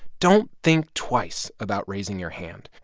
don't think twice about raising your hand.